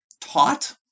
taught